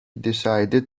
decided